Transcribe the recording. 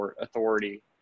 authority